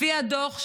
לפי הדוח,